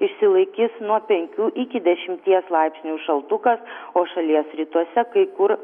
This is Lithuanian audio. išsilaikys nuo penkių iki dešimties laipsnių šaltukas o šalies rytuose kai kur